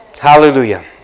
Hallelujah